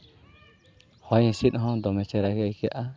ᱦᱚᱭ ᱦᱤᱸᱥᱤᱫ ᱦᱚᱸ ᱫᱚᱢᱮ ᱪᱮᱦᱨᱟ ᱜᱮ ᱟᱹᱭᱠᱟᱹᱜᱼᱟ